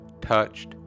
touched